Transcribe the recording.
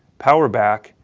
power bac,